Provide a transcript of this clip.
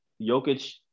Jokic